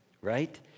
right